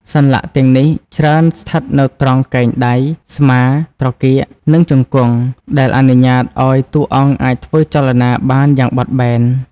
សន្លាក់ទាំងនេះច្រើនស្ថិតនៅត្រង់កែងដៃ ស្មា ត្រគាក និងជង្គង់ ដែលអនុញ្ញាតឲ្យតួអង្គអាចធ្វើចលនាបានយ៉ាងបត់បែន។